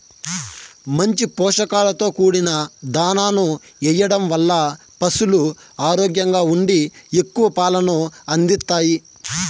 మంచి పోషకాలతో కూడిన దాణాను ఎయ్యడం వల్ల పసులు ఆరోగ్యంగా ఉండి ఎక్కువ పాలను అందిత్తాయి